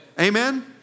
Amen